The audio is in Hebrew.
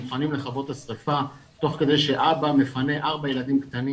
מוכנים לכבות את השריפה - תוך כדי שאבא מפנה ארבע ילדים קטנים